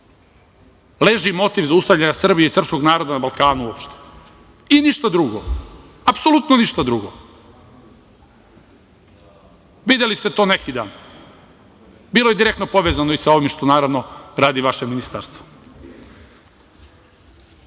leži motiv zaustavljanja Srbije i srpskog naroda na Balkanu, uopšte, i ništa drugo, apsolutno ništa drugo. Videli ste to neki dan. Bilo je direktno povezano sa ovim što naravno radi vaše Ministarstvo.Međutim,